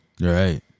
Right